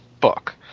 book